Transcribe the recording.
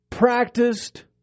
practiced